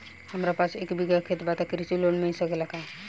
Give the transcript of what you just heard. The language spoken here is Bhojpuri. हमरा पास एक बिगहा खेत बा त कृषि लोन मिल सकेला?